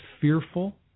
fearful